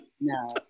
No